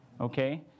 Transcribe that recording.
okay